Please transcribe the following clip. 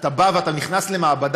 אתה בא ואתה נכנס למעבד,